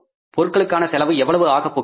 பொருட்களுக்கான செலவு எவ்வளவு ஆகப்போகின்றது